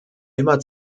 immer